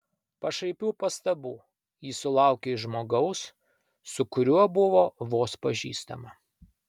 pašaipių pastabų ji sulaukė iš žmogaus su kuriuo buvo vos pažįstama